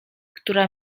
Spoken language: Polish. która